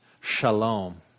shalom